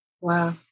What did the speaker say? Wow